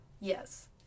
Yes